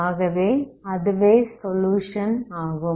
ஆகவே அதுவும் சொலுயுஷன் ஆகும்